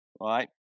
right